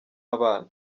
abana